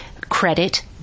credit